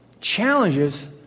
challenges